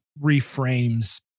reframes